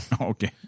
Okay